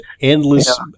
endless